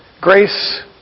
Grace